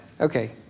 Okay